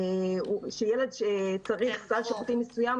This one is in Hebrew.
ילד שצריך לקבל סל שירותים מסוים,